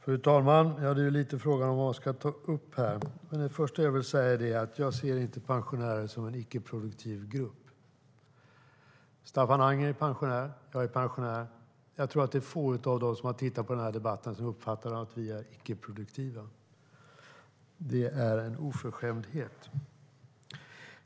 Fru talman! Frågan är vad man ska ta upp här, men det jag först och främst vill säga är att jag inte ser pensionärer som en icke-produktiv grupp. Staffan Anger är pensionär, och jag är pensionär. Jag tror att det är få av dem som har tittat på den här debatten som uppfattar att vi är icke-produktiva. Det är en oförskämdhet.